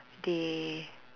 they